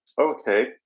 Okay